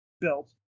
built